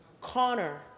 Connor